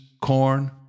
corn